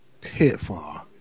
Pitfall